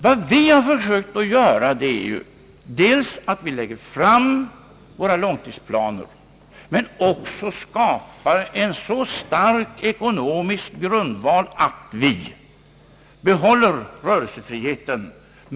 Vad vi i Sverige har försökt göra är att dels lägga fram våra långtidsplaner, dels skapa en så stark ekonomisk grundval att vi behåller rörelsefriheten.